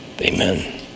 amen